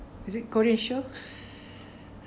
is it korean show